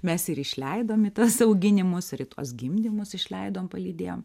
mes ir išleidom į tuos auginimus ir į tuos gimdymus išleidom palydėjom